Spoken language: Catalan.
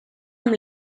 amb